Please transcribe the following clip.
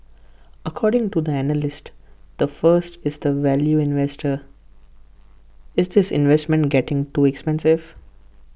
according to the analyst the first is the value investor is this investment getting too expensive